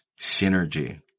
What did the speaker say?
synergy